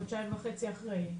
חודשיים וחצי אחרי.